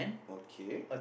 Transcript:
okay